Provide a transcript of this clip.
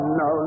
no